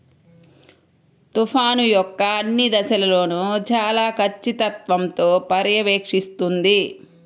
తుఫాను యొక్క అన్ని దశలను చాలా ఖచ్చితత్వంతో పర్యవేక్షిస్తుంది